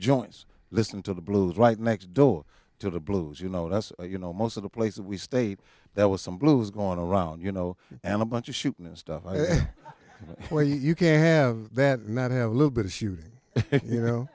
joints listen to the blues right next door to the blues you know that's you know most of the places we stayed there were some blues going around you know and a bunch of shootin and stuff where you can have that not have a little bit of shooting you know